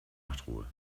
nachtruhe